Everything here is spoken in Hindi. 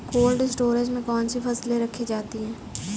कोल्ड स्टोरेज में कौन कौन सी फसलें रखी जाती हैं?